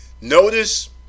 notice